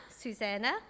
Susanna